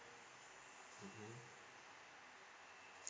mmhmm